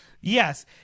Yes